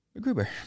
Gruber